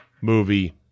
movie